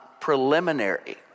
preliminary